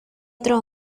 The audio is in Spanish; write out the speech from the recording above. otro